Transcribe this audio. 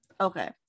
Okay